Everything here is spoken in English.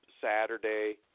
Saturday